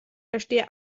verstehe